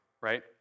right